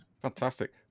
Fantastic